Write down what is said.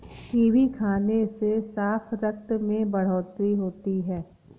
kiwi खाने से साफ रक्त में बढ़ोतरी होती है